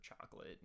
chocolate